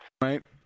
right